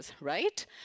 right